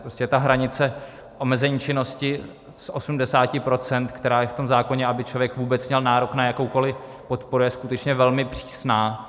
Prostě ta hranice omezení činnosti z 80 %, která je v tom zákoně, aby člověk vůbec měl nárok na jakoukoli podporu, je skutečně velmi přísná.